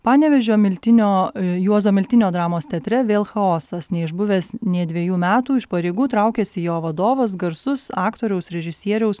panevėžio miltinio juozo miltinio dramos teatre vėl chaosas neišbuvęs nė dvejų metų iš pareigų traukiasi jo vadovas garsus aktoriaus režisieriaus